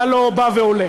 אתה לא בא והולך,